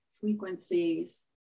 frequencies